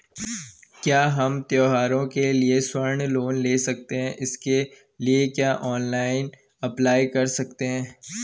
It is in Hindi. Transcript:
क्या हम त्यौहारों के लिए स्वर्ण लोन ले सकते हैं इसके लिए क्या ऑनलाइन अप्लाई कर सकते हैं?